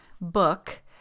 book